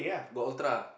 got Ultra